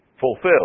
fulfilled